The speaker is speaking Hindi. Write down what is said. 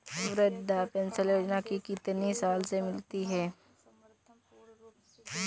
वृद्धा पेंशन योजना कितनी साल से मिलती है?